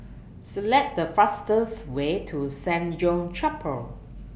Select The fastest Way to Saint John's Chapel